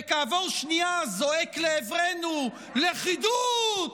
וכעבור שנייה זועק לעברנו: לכידות,